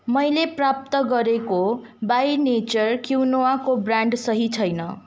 मैले प्राप्त गरेको बाई नेचर क्विनोवाको ब्रान्ड सही छैन